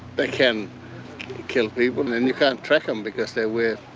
they can kill people and you can't track them because they wear,